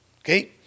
Okay